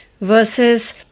versus